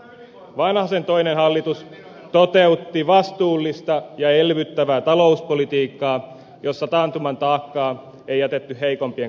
vanhasen toinen hallitus toteutti vastuullista ja elvyttävää talouspolitiikkaa jossa taantuman taakkaa ei jätetty heikompien kannettavaksi